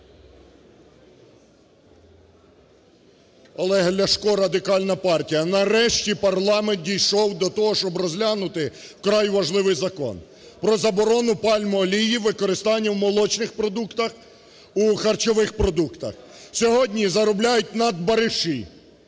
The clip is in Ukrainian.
Олег Ляшко, Радикальна партія. Нарешті парламент дійшов до того, щоб розглянути вкрай важливий Закон про заборону пальмової олії у використанні в молочних продуктах, у харчових продуктах. Сьогодні заробляють надбариші,